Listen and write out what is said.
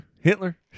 Hitler